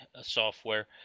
software